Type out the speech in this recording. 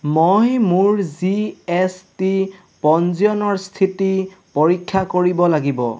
মই মোৰ G S T পঞ্জীয়নৰ স্থিতি পৰীক্ষা কৰিব লাগিব